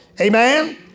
Amen